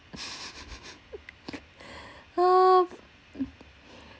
oh